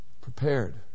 prepared